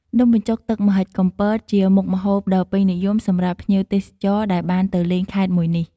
នំបញ្ចុកទឹកម្ហិចកំពត ជាមុខម្ហូបដ៏ពេញនិយមសម្រាប់ភ្ញៀវទេសចរ ដែលបានទៅលេងខេត្តមួយនេះ។